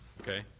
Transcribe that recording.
okay